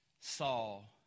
Saul